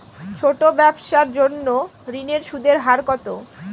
ছোট ব্যবসার জন্য ঋণের সুদের হার কত?